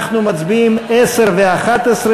אנחנו מצביעים על סעיפים 10 ו-11,